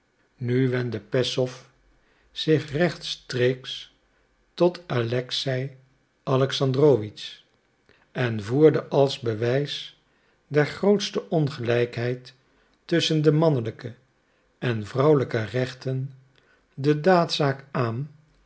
nu wendde peszow zich rechtstreeks tot alexei alexandrowitsch en voerde als bewijs der grootste ongelijkheid tusschen de mannelijke en vrouwelijke rechten de daadzaak aan